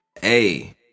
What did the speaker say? hey